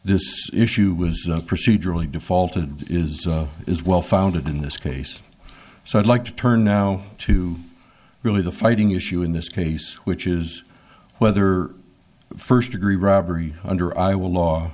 this issue was procedurally defaulted is is well founded in this case so i'd like to turn now to really the fighting issue in this case which is whether first degree robbery under iowa law